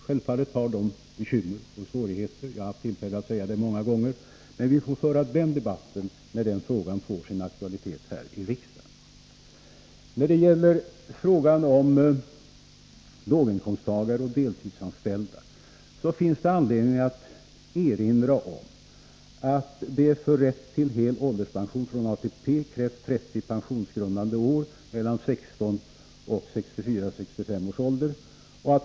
Självfallet har de bekymmer och svårigheter — jag har haft tillfälle att säga det många gånger förut. Men den debatten får vi föra när den frågan får sin aktualitet här i riksdagen. När det gäller frågan om låginkomsttagare och deltidsanställda finns det anledning att erinra om att det för rätt till hel ålderspension från ATP krävs 30 pensionsgrundande år mellan 16 och 64-65 års ålder.